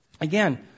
Again